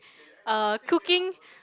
uh cooking